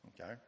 Okay